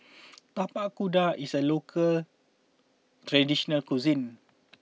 Tapak Kuda is a local traditional cuisine